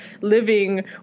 living